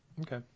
Okay